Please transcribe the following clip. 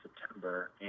September